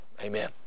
Amen